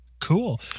Cool